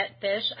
fish